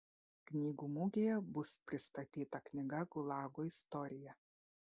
knygų mugėje bus pristatyta knyga gulago istorija